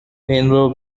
rainbow